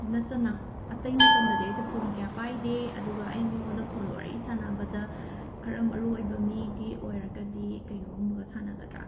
ꯅꯠꯇꯅ ꯑꯇꯩ ꯃꯇꯝꯗꯗꯤ ꯑꯩꯁꯦ ꯐꯣꯟ ꯀꯌꯥ ꯄꯥꯏꯗꯦ ꯑꯗꯨꯒ ꯑꯩ ꯃꯤꯉꯣꯟꯗ ꯐꯣꯟ ꯋꯥꯔꯤ ꯁꯥꯟꯅꯕꯗ ꯈꯔ ꯃꯔꯨꯑꯣꯏꯕ ꯃꯤꯒꯤ ꯑꯣꯏꯔꯒꯗꯤ ꯀꯩꯅꯣꯒꯨꯝꯕꯒ ꯁꯥꯟꯅꯒꯗ꯭ꯔ